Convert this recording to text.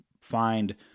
find